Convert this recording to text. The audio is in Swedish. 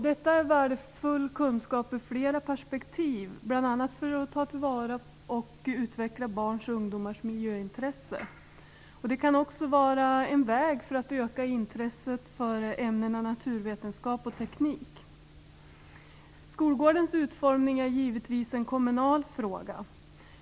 Detta är värdefull kunskap ur flera perspektiv, bl.a. för att ta till vara och utveckla barns och ungdomars miljöintresse. Det kan också vara en väg för att öka intresset för ämnena naturvetenskap och teknik. Skolgårdens utformning är givetvis en kommunal fråga.